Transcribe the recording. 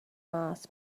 mass